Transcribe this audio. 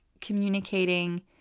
communicating